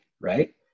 right